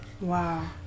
Wow